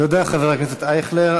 תודה, חבר הכנסת אייכלר.